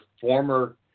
former